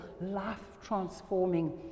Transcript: life-transforming